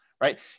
right